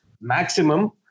Maximum